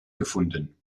gefunden